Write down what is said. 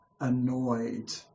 annoyed